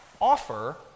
offer